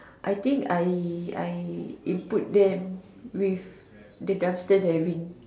I think I I input them with the dumpster diving